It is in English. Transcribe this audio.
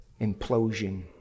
implosion